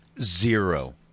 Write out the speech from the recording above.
Zero